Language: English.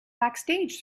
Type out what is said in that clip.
backstage